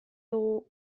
dugu